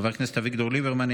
חבר הכנסת אביגדור ליברמן,